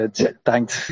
Thanks